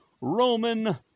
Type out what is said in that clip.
Roman